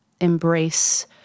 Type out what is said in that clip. embrace